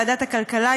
ועדת הכלכלה,